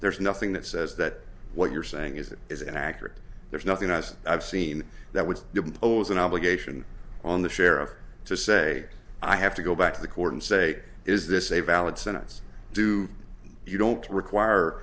there's nothing that says that what you're saying is it is accurate there's nothing as i've seen that would impose an obligation on the sheriff to say i have to go back to the court and say is this a valid sentence do you don't require